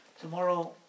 tomorrow